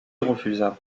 refusa